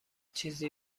چیزی